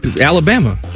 Alabama